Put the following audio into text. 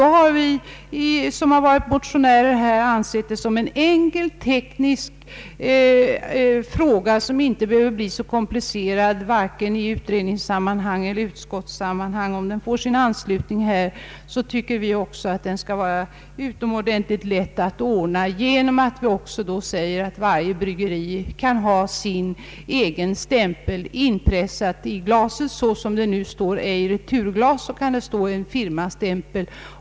Vi motionärer har därför ansett det vara en enkel teknisk lösning, som inte behöver bli så komplicerad varken i utredningssammanhang eller i utskottssammanhang, att låta varje bryggeri ha sin egen stämpel inpressad i glaset. På samma sätt som det nu står ”ej returglas” kan det stå en firmastämpel.